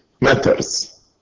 matters